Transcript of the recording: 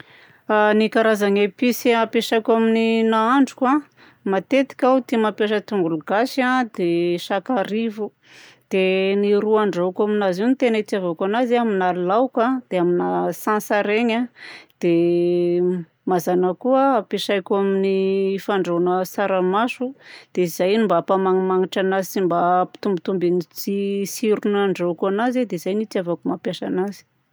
Ny karazagna episy ampiasaiko amin'ny nahandroko a, matetika aho tia mampiasa tongolo gasy a, dia sakarivo. Dia ny ro andrahoako aminazy io ny tegna itiavako anazy a amina laoka, dia amina atsantsa regny a, dia mazàna koa ampiasaiko amin'ny fandrahoagna tsaramaso dia zay mba hampamangimangitra anazy sy mba hampitombotombo ny tsirony andrahoaka anazy a, dia zay no itiavako mampiasa anazy.